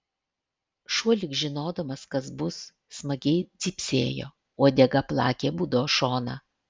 šuo lyg žinodamas kas bus smagiai cypsėjo uodega plakė būdos šoną